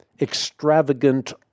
extravagant